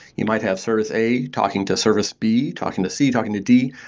you might have service a talking to service b, talking to c, talking to d.